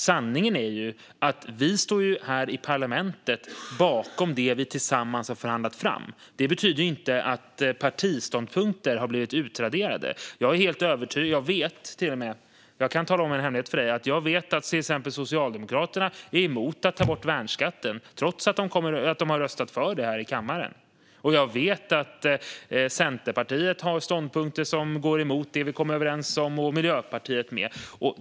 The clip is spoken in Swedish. Sanningen är att vi här i parlamentet står bakom det vi tillsammans har förhandlat fram. Det betyder inte att partiståndpunkter har blivit utraderade. Jag kan tala om en hemlighet: Jag vet att till exempel Socialdemokraterna är emot att ta bort värnskatten, trots att de kommer att rösta för det här i kammaren. Jag vet också att Centerpartiet har ståndpunkter som går emot det vi har kommit överens om. Det gäller även Miljöpartiet.